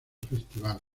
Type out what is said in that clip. festival